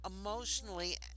emotionally